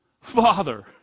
Father